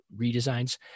redesigns